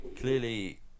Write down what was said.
Clearly